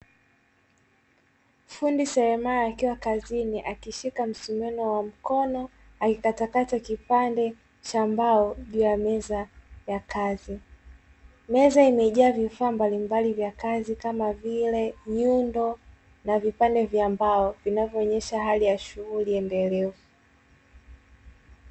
Fundi seremala akiwa kazini akishika msumeno wa mkono akikatakata kipande cha mbao juu ya meza ya kazi, meza imejaa vifaa mbalimbali vya kazi kama vile: nyundo na vipande vya mbao vinavyoonyesha hali ya shughuli endelevu.